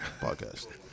podcast